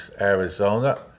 Arizona